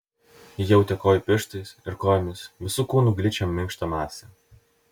ji jautė kojų pirštais ir kojomis visu kūnu gličią minkštą masę